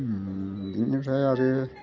बिनिफ्राय आरो